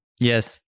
Yes